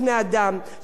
של זנות,